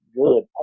good